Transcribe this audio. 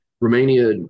Romania